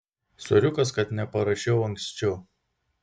soriukas kad neparašiau anksčiau